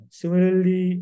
similarly